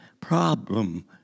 problem